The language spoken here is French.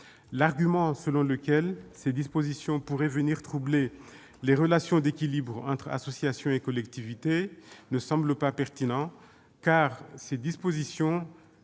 L'argument selon lequel ces dispositions pourraient venir troubler les relations d'équilibre entre associations et collectivités ne semble pas pertinent, car celles-ci ne